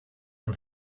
und